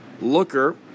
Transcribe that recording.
Looker